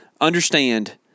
understand